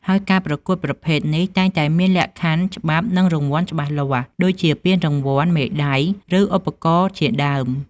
ហើយការប្រកួតប្រភេទនេះតែងតែមានលក្ខខណ្ឌ ច្បាប់ និងរង្វាន់ច្បាស់លាស់ ដូចជាពានរង្វាន់ មេដាយ ឬអាហារូបករណ៍ជាដើម។